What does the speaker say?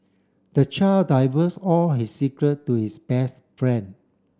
the child diverse all his secret to his best friend